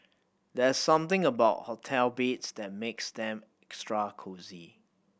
there's something about hotel beds that makes them extra cosy